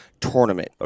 tournament